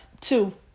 two